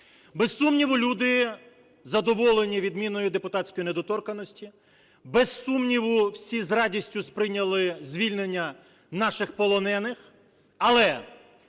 Без сумніву, люди задоволені відміною депутатською недоторканності, без сумніву, всі з радістю сприйняли звільнення наших полонених. Але,